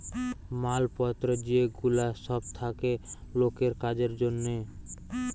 মাল পত্র যে গুলা সব থাকে লোকের কাজের জন্যে